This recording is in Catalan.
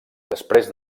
després